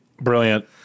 Brilliant